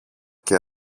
και